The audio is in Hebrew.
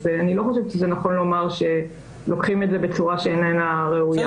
אז אני לא חושבת שזה נכון לומר שלוקחים את זה בצורה שאיננה ראויה.